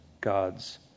God's